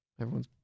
everyone's